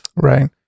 Right